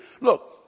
Look